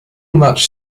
much